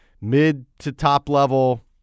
mid-to-top-level